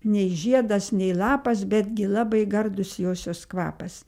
nei žiedas nei lapas betgi labai gardus josios kvapas